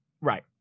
right